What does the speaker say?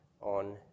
on